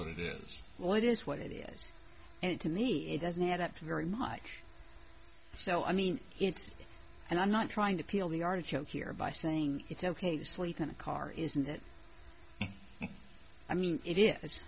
what it is what it is what it is and it to me it doesn't add up very much so i mean it's and i'm not trying to peel the artichoke here by saying it's ok to sleep in a car isn't it i mean it is